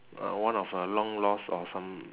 uh one of her long lost or some